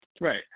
Right